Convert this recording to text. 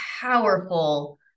powerful